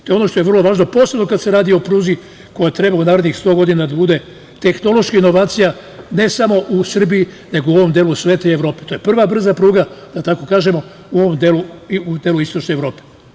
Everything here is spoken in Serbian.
Ono što je vrlo važno, posebno kada se radi o pruzi koja treba u narednih 100 godina da bude tehnološka inovacija ne samo u Srbiji nego u ovom delu sveta i Evrope, to je prva brza pruga u ovom delu istočne Evrope.